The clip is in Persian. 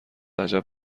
عجب